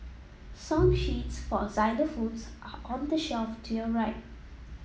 song sheets for xylophones are on the shelf to your right